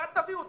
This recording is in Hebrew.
ואל תביאו אותה.